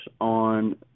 on